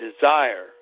desire